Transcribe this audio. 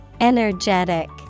Energetic